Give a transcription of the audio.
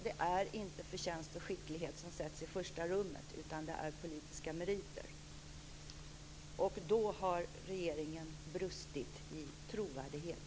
Det är inte förtjänst och skicklighet som sätts i första rummet, utan det är politiska meriter. Då har regeringen brustit i trovärdighet.